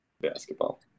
basketball